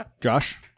Josh